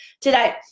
today